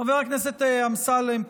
חבר הכנסת אמסלם,